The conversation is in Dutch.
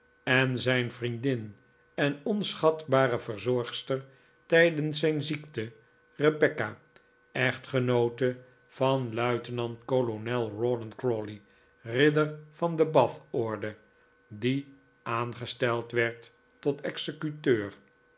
en zijn vriendin en onschatbare verzorgster tijdens zijn ziekte rebecca echtgenoote van luitenant-kolonel rawdon crawley ridder van de bathorde die aangesteld werd tot executeur